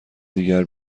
دیگر